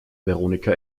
veronika